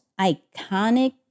iconic